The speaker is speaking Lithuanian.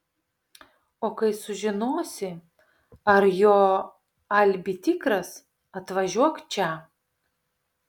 o kai sužinosi ar jo alibi tikras atvažiuok čia